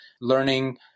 learning